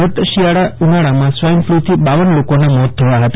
કચ્છમાં ગત શિયાળા ઉનાળામાં સ્વાઈન ફ્લુથી પર લોકોના મોત થયા હતા